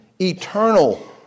eternal